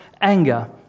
anger